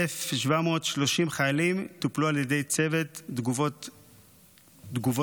1,730 חיילים טופלו על ידי צוות תגובות קרב,